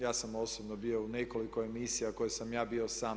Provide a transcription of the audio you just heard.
Ja sam osobno bio u nekoliko emisije koje sam ja bio sam.